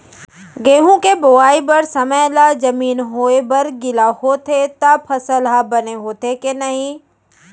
गेहूँ के बोआई बर समय ला जमीन होये बर गिला होथे त फसल ह बने होथे की नही?